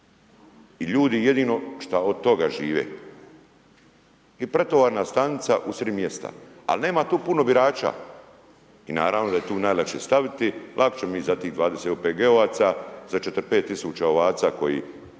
I ljudi jedino što od toga žive. I pretovarna stanica u .../Govornik se ne razumije./... mjesta. Ali nema tu puno birača i naravno da je tu najlakše staviti. Lako ćemo mi za tih 20 OPG-ovaca, sa 4-5 tisuća ovaca koji